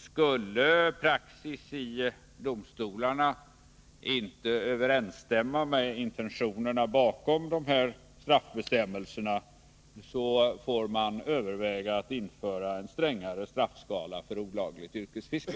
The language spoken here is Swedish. Skulle praxis i domstolarna inte överensstämma med de intentioner som ligger bakom straffbestämmelserna, får man överväga att införa en strängare straffskala för olagligt yrkesfiske.